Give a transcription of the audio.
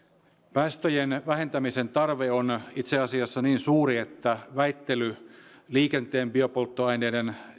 päästöjen vähentämisen tarve on itse asiassa niin suuri että väittely liikenteen biopolttoaineiden